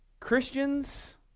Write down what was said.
Christians